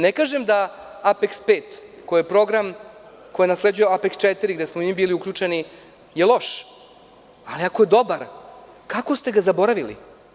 Ne kažem da APEKS 5 koji je program koji nasleđuje APEKS 4 gde smo mi bili uključeni je loš, ali ako je dobar, kako ste ga zaboravili?